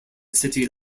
city